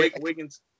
Wiggins